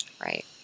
right